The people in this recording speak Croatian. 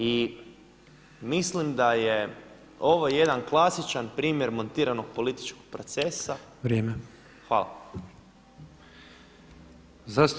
I mislim da je ovo jedan klasičan primjer montiranog političkog procesa [[Upadica predsjednik: Vrijeme.]] Hvala.